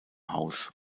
haus